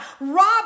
rob